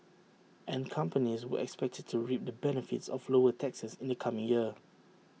and companies were expected to reap the benefits of lower taxes in the coming year